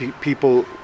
people